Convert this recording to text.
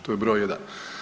To je broj jedan.